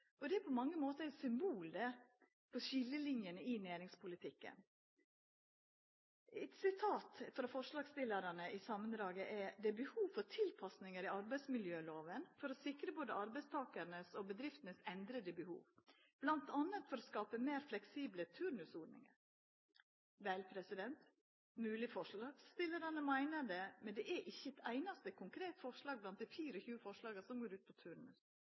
framlegga. Det er på mange måtar eit symbol på skiljelinjene i næringspolitikken. Eit sitat frå forslagsstillarane i samandraget er at «det er behov for tilpasninger i arbeidsmiljøloven for å sikre både arbeidstakernes og bedriftenes behov, blant annet for å skape mer fleksible turnusordninger». Vel, det er mogleg forslagsstillarane meiner det, men det er ikkje eit einaste konkret forslag blant dei 24 forslaga som går på